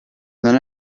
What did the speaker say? non